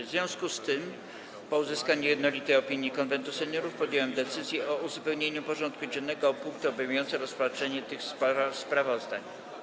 W związku z tym, po uzyskaniu jednolitej opinii Konwentu Seniorów, podjąłem decyzję o uzupełnieniu porządku dziennego o punkty obejmujące rozpatrzenie tych sprawozdań.